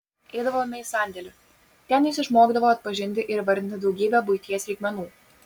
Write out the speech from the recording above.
eidavome į sandėlį ten jis išmokdavo atpažinti ir įvardinti daugybę buities reikmenų